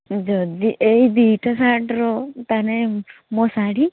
ଯଦି ଏଇ ଦୁଇଟା ସାର୍ଟ ର ତାନେ ମୋ ଶାଢ଼ୀ